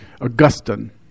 Augustine